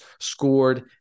scored